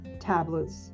tablets